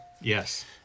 yes